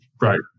Right